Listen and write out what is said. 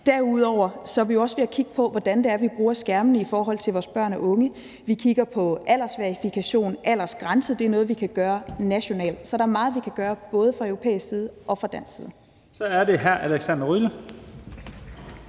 Derudover er vi også ved at kigge på, hvordan det er, vi bruger skærmene i forhold til vores børn og unge. Vi kigger på aldersverifikation, og aldersgrænse er noget, vi kan gøre nationalt. Så der er meget, vi kan gøre både fra europæisk side og fra dansk side. Kl. 15:24 Første